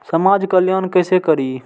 समाज कल्याण केसे करी?